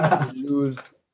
lose